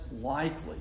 likely